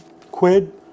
Quid